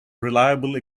reliable